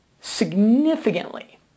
significantly